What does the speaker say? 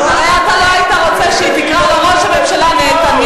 הרי אתה לא היית רוצה שהיא תקרא לו "ראש הממשלה נהנתניהו",